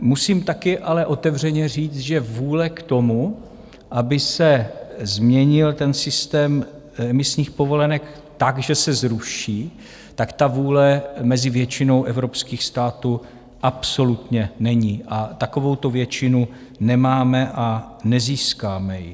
Musím také ale otevřeně říct, že vůle k tomu, aby se změnil systém emisních povolenek tak, že se zruší, ta vůle mezi většinou evropských států absolutně není a takovouto většinu nemáme a nezískáme ji.